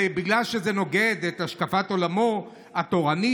ובגלל שזה נוגד את השקפת עולמו התורנית,